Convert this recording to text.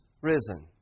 risen